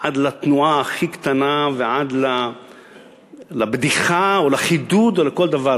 עד לתנועה הכי קטנה ועד לבדיחה או לחידוד או לכל דבר.